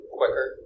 quicker